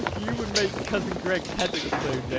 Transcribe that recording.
you would make cousin greg's head explode,